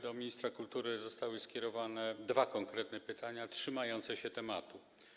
Do ministra kultury zostały skierowane dwa konkretne pytania trzymające się tematu.